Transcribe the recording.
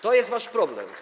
To jest wasz problem.